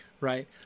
Right